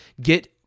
Get